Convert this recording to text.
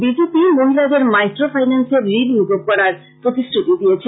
BJP মহিলাদের micro finance এর ঋণ মুকুব করার প্রতিশ্রুতি দিয়েছে